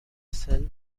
cell